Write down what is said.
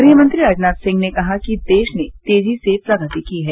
गृहमंत्री राजनाथ सिंह ने कहा है कि देश ने तेजी से प्रगति की है